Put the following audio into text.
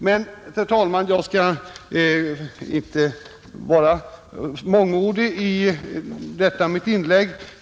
Men jag skall, herr talman, inte vara mångordig i detta mitt inlägg.